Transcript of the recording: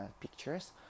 pictures